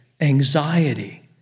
anxiety